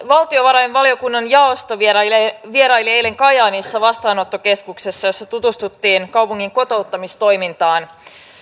valtiovarainvaliokunnan jaosto vieraili eilen kajaanissa vastaanottokeskuksessa jossa tutustuttiin kaupungin kotouttamistoimintaan